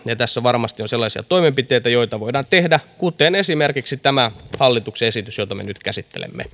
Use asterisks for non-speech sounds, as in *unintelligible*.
*unintelligible* ja tässä varmasti on sellaisia toimenpiteitä joita voidaan tehdä kuten esimerkiksi tämä hallituksen esitys jota me nyt käsittelemme *unintelligible*